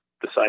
decide